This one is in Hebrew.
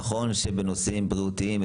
נכון שבנושאים בריאותיים,